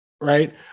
Right